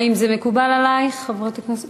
האם זה מקובל עלייך, חברת הכנסת?